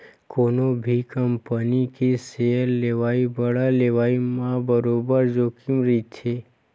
कोनो भी कंपनी के सेयर लेवई, बांड लेवई म बरोबर जोखिम रहिथे